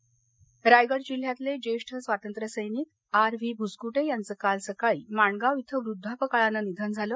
निधन रायगड जिल्ह्यातले ज्येष्ठ स्वातंत्र्य सैनिक आर व्ही भूस्कूटे यांचं काल सकाळी माणगाव इथं वृद्वापकाळानं निधन झालं